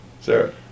Sarah